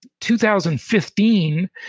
2015